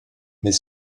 mais